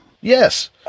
Yes